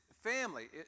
family